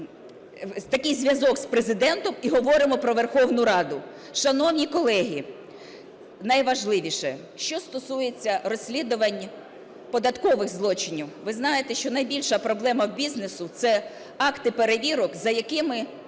такий зв'язок з Президентом і говоримо про Верховну Раду. Шановні колеги, найважливіше, що стосується розслідувань податкових злочинів. Ви знаєте, що найбільша проблема бізнесу – це акти перевірок, за якими